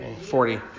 Forty